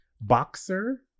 boxer